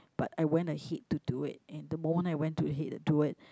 but I went ahead to do it and the moment I went to ahead and do it